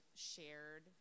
shared